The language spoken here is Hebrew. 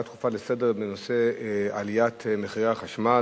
דחופה לסדר-היום בנושא עליית מחירי החשמל,